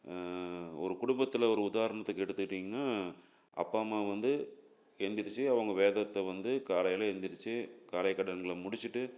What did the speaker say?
ஒரு குடும்பத்தில் ஒரு உதாரணத்துக்கு எடுத்துக்கிட்டிங்கன்னா அப்பா அம்மா வந்து எழுந்திரிச்சி அவங்க வேதத்தை வந்து காலையில் எழுந்திரிச்சி காலைக்கடன்களை முடிச்சுட்டு